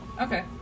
Okay